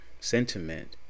sentiment